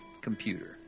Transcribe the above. Computer